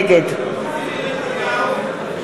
נגד ביבי נתניהו,